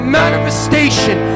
manifestation